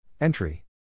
Entry